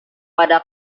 pada